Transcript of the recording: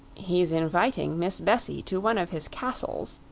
he's inviting miss bessie to one of his castles,